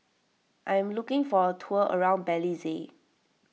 I am looking for a tour around Belize